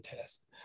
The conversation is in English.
test